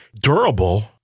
durable